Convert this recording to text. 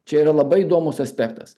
čia yra labai įdomus aspektas